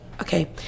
Okay